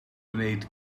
gwneud